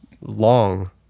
long